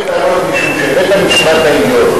באתי בטענות משום שבית-המשפט העליון,